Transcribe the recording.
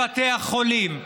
בתי החולים,